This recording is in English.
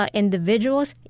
individuals